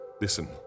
listen